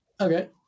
Okay